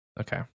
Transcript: Okay